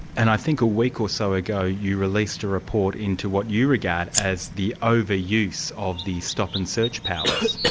and i think a week or so ago, you released a report into what you regard as the over-use of the stop-and-search powers.